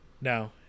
no